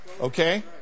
Okay